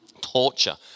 torture